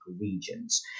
regions